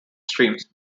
streams